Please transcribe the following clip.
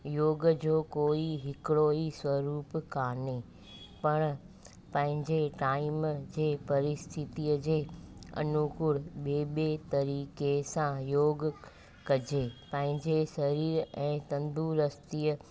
योग जो कोई हिकिड़ो ई स्वरुप कान्हे पण पंहिंजे टाइम जे परिस्थितीअ जे अनुकूलु ॿिए ॿिए तरीक़े सां योगु कजे पंहिंजे शरीर ऐं तंदुरुस्तीअ